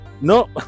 no